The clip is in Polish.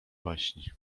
baśni